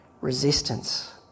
resistance